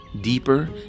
deeper